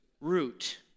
root